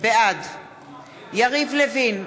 בעד יריב לוין,